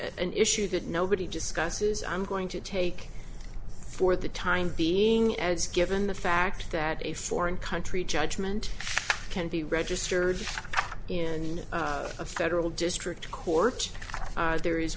an issue that nobody discusses i'm going to take for the time being as given the fact that a foreign country judgment can be registered in a federal district court there is